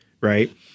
right